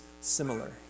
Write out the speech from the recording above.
similar